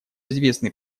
известный